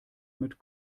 mit